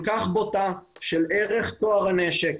כל כך בוטה של ערך טוהר הנשק,